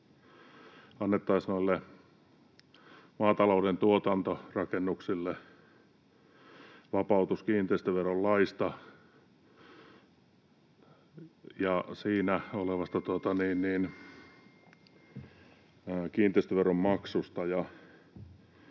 annettaisiin maatalouden tuotantorakennuksille vapautus kiinteistöverolaissa olevasta kiinteistöveron maksusta.